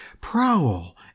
prowl